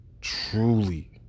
truly